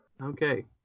Okay